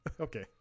Okay